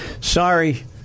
Sorry